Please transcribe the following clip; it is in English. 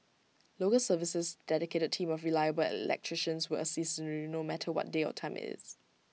local service's dedicated team of reliable electricians will assist you no matter what day or time IT is